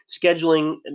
scheduling